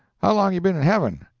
how long you been in heaven?